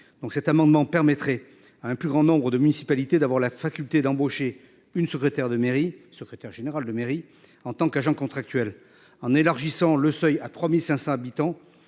Donc cet amendement permettrait à un plus grand nombre de municipalités d'avoir la faculté d'embaucher une secrétaire de mairie, secrétaire général de mairie en tant qu'agent contractuel. En élargissant le seuil à 3500 habitants